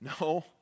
No